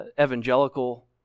evangelical